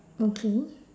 okay